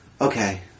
Okay